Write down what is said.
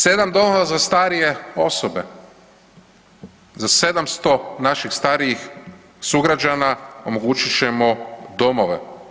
7 domova za starije osobe, za 700 naših starijih sugrađana omogućit ćemo domove.